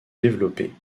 développer